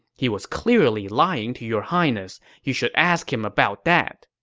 he was clearly lying to your highness. you should ask him about that.